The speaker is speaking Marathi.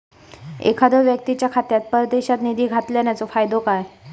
एखादो व्यक्तीच्या खात्यात परदेशात निधी घालन्याचो फायदो काय?